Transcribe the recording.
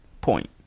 point